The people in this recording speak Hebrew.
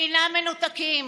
אינם מנותקים.